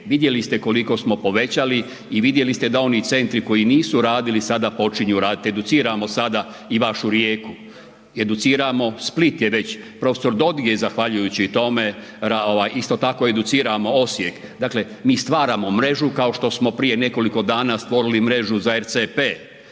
vidjeli ste koliko smo povećali i vidjeli ste da oni centri koji nisu radili, sada počinju raditi, educiramo sada i vašu Rijeku, Split je već, prof. Dodig je zahvaljujući tome, isto tako educiramo Osijek, dakle mi stvaramo mrežu kao što smo prije nekoliko dana stvorili mrežu za ERCP